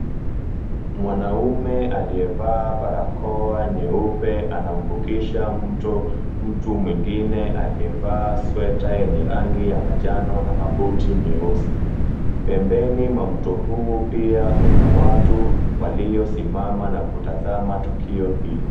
Mwanaume aliyevaa barakoa nyeupe anamvukisha mto mtu mwingine aliyevaa sweta yenye rangi ya manjano na mabuti meusi. Pembeni mwa mtu huu pia kuna watu waliosimama na kutazama tukio hii.